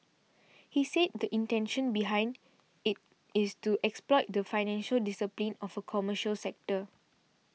he said the intention behind it is to exploit the financial discipline of a commercial sector